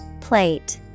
Plate